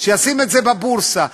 שישים את זה בבורסה.